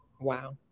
Wow